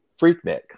Freaknik